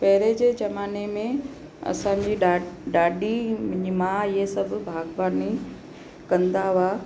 पहिरियों जे ज़माने में असांजी ॾा ॾाॾी मुंहिंजी माउ इहे सभु बाग़बानी कंदा हुआ